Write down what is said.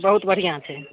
बहुत बढ़िआँ छै